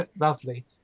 Lovely